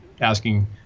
asking